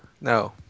no